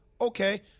Okay